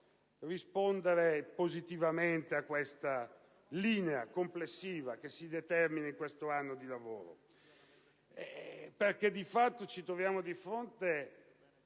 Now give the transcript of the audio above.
rispondere positivamente a questa linea complessiva che si determina in questo anno di lavoro perché di fatto ci troviamo di fronte